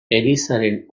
elizaren